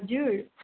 हजुर